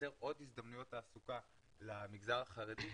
תייצר עוד הזדמנויות תעסוקה למגזר החרדי,